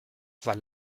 war